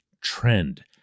trend